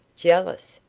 jealous?